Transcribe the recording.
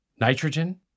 Nitrogen